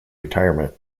retirement